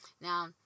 Now